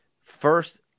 first